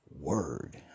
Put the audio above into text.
word